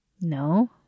No